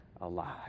alive